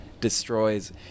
destroys